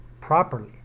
properly